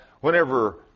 whenever